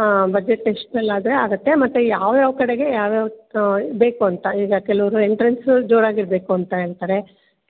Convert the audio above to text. ಹಾಂ ಬಜೆಟ್ ಎಷ್ಟರಲ್ಲಾದ್ರೆ ಆಗುತ್ತೆ ಮತ್ತು ಯಾವ ಯಾವ್ ಕಡೆಗೆ ಯಾವ ಯಾವ್ ಬೇಕು ಅಂತ ಈಗ ಕೆಲವರು ಎಂಟ್ರನ್ಸು ಜೋರಾಗಿ ಇರಬೇಕು ಅಂತ ಹೇಳ್ತಾರೆ